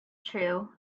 true